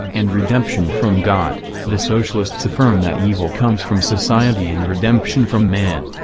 and redemption from god the socialists affirm that evil comes from society and redemption from man.